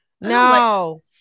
no